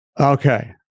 Okay